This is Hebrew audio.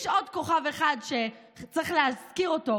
יש עוד כוכב אחד שצריך להזכיר אותו,